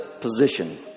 position